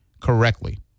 correctly